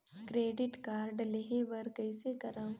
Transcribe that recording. Credit card लेहे बर कइसे करव?